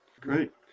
Great